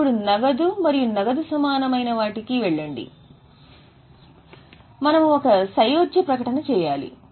ఇప్పుడు నగదు మరియు నగదు సమానమైన వాటికి వెళ్ళండి మనము ఒక సయోధ్య ప్రకటన చేయాలి